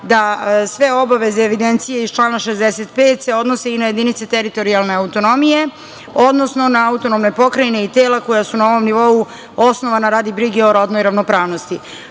da sve obaveze evidencije iz člana 65. se odnose i na jedinice teritorijalne autonomije, odnosno na autonomne pokrajine i tela koja su na ovom nivou osnovana radi brige o rodnoj ravnopravnosti. Ovaj